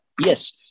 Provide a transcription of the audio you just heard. Yes